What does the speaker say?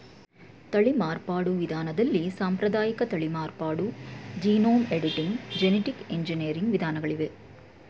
ತಳಿ ಮಾರ್ಪಾಡು ವಿಧಾನದಲ್ಲಿ ಸಾಂಪ್ರದಾಯಿಕ ತಳಿ ಮಾರ್ಪಾಡು, ಜೀನೋಮ್ ಎಡಿಟಿಂಗ್, ಜೆನಿಟಿಕ್ ಎಂಜಿನಿಯರಿಂಗ್ ವಿಧಾನಗಳಿವೆ